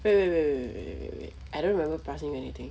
wait wait wait wait wait wait I don't remember passing him anything